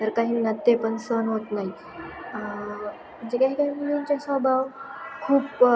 तर काहींना ते पण सहन होत नाही म्हणजे काही काही मुलींचा स्वभाव खूप